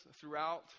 throughout